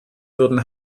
würden